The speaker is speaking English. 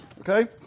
Okay